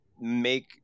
make